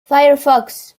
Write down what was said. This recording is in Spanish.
firefox